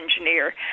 engineer